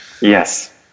yes